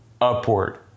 upward